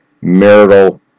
marital